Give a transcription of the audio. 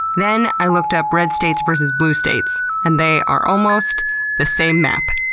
then i looked up red states versus blue states, and they are almost the same map.